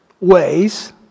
ways